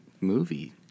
movie